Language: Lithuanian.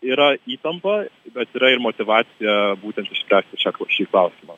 yra įtampa bet yra ir motyvacija būtent išspręsti šią k šį klausimą